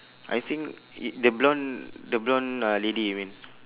I think it the blonde the blonde uh lady you mean